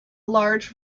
large